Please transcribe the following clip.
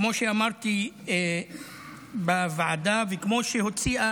כמו שאמרתי בוועדה וכמו שהוציאה